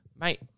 Mate